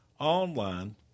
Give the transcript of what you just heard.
online